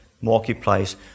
marketplace